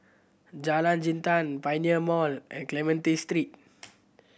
Jalan Jintan Pioneer Mall and Clementi Street